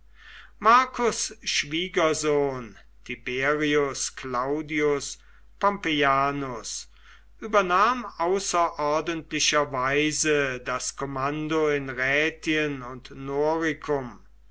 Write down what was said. marcus schwiegersohn tiberius claudius pompeianus übernahm außerordentlicherweise das kommando in rätien und noricum